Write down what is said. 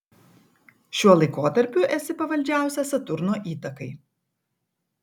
šiuo laikotarpiu esi pavaldžiausia saturno įtakai